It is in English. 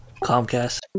Comcast